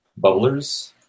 Bubblers